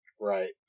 right